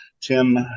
Tim